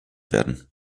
werden